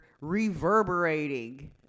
reverberating